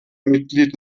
mitglied